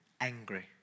angry